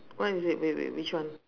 what is it wait wait which one